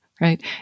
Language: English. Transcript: Right